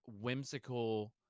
whimsical